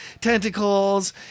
tentacles